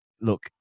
look